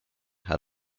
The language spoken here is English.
had